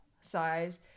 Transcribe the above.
size